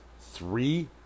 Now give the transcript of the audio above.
three